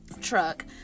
truck